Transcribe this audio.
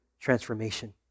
transformation